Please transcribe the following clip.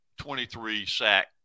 23-sack